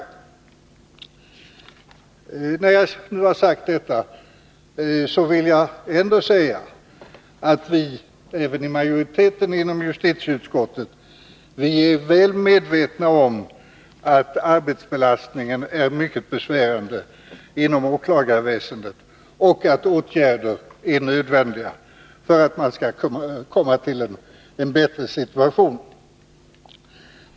Efter att ha sagt detta vill jag ändå framhålla att även vi inom justitieutskottets majoritet är väl medvetna om att arbetsbelastningen inom åklagarväsendet är mycket besvärande och att åtgärder är nödvändiga för att åstadkomma en bättre situation.